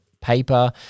paper